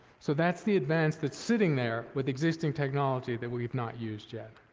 so that's the advance that's sitting there with existing technology that we've not used yet.